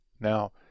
Now